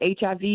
HIV